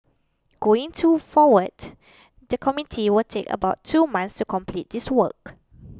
going to forward the committee will take about two months to complete this work